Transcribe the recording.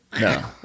No